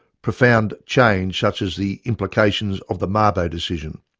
profound change such as the implications of the mabo decision.